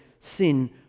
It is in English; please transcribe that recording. sin